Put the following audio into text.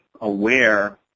aware